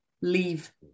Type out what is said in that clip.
leave